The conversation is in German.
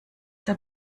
der